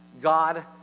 God